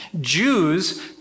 Jews